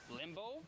limbo